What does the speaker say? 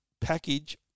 package